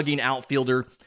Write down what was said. outfielder